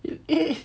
it